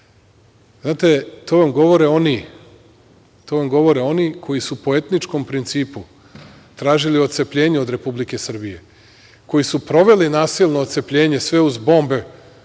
grupe. Znate, to vam govore oni koji su po etničkom principu tražili otcepljenje od Republike Srbije, koji su proveli nasilno ocepljenje, sve uz bombe